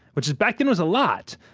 which back then was a lot,